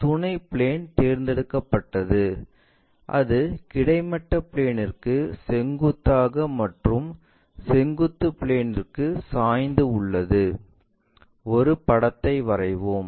துணை பிளேன் தேர்ந்தெடுக்கப்பட்டது அது கிடைமட்ட பிளேன்க்கு செங்குத்தாக மற்றும் செங்குத்து பிளேன்க்கு சாய்ந்து உள்ளது ஒரு படத்தை வரைவோம்